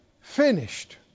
finished